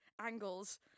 angles